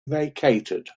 vacated